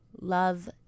love